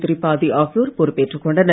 திரிபாதி ஆகியோர் பொறுப்பேற்றுக் கொண்டனர்